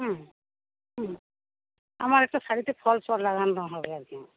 হুম হুম আমার একটা শাড়িতে ফলস পাড় লাগানো হবে আর কি